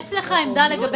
יש לך עמדה לגבי